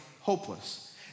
hopeless